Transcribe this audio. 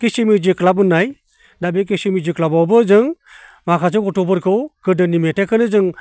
के C music club होननाय दा बे के सि मिउजिक क्लाबआवबो जों माखासे गथ'फोरखौ गोदोनि मेथाइखौनो जों